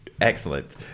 Excellent